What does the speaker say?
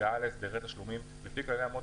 הגעה להסדרי גבייה מול הצרכן לפי אמות